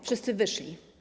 Wszyscy wyszli.